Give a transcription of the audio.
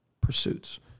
pursuits